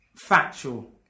factual